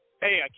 Hey